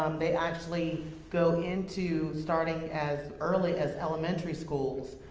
um they actually go into, starting as early as elementary schools,